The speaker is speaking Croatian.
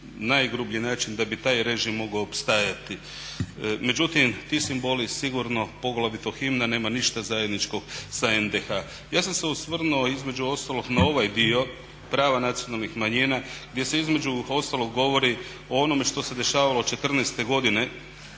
najgrublji način da bi taj režim mogao opstajati. Međutim, ti simboli sigurno, poglavito himna, nema ništa zajedničkog sa NDH. Ja sam se osvrnuo između ostalog na ovaj dio prava nacionalnih manjina gdje se između ostalog govori o onome što se dešavalo od '14. godine